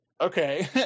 okay